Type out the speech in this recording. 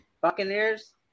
Buccaneers